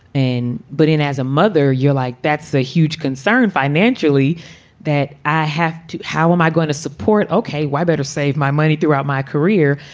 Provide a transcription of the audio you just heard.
and but as a mother you like, that's a huge concern financially that i have to. how am i going to support ok, why better save my money throughout my career?